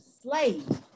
slave